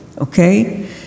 okay